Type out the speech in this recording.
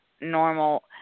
normal